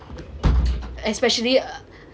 especially uh